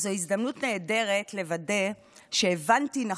אז זו הזמנות נהדרת לוודא שהבנתי נכון,